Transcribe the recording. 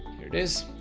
here it is.